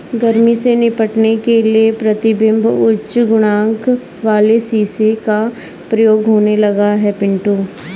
गर्मी से निपटने के लिए प्रतिबिंब उच्च गुणांक वाले शीशे का प्रयोग होने लगा है पिंटू